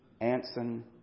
Anson